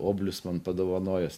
oblius man padovanojęs